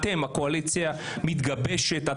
הקואליציה המתגבשת,